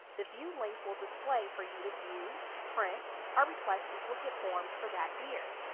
the view link will display for you to view, print or request duplicate forms for that year.